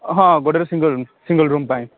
ହଁ ଗୋଟେରେ single single room ପାଇଁ